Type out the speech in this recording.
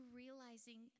realizing